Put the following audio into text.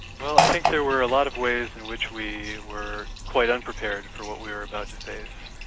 well i think there were a lot of ways in which we were quite unprepared for what we were about to face.